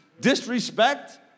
Disrespect